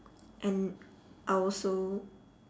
and I also